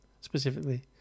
specifically